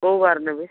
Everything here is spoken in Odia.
କେଉଁ ବାର ନେବେ